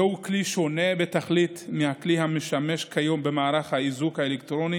זהו כלי שונה בתכלית מהכלי המשמש כיום במערך האיזוק האלקטרוני